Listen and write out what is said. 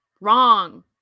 wrong